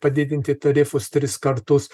padidinti tarifus tris kartus